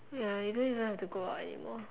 ya you don't even have to go out anymore